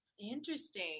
Interesting